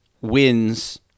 wins